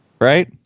right